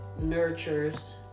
nurtures